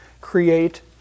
create